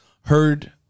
heard